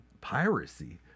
Piracy